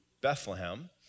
Bethlehem